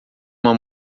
uma